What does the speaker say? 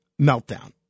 meltdown